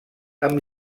amb